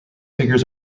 figures